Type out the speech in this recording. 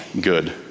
good